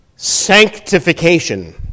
Sanctification